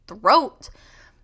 throat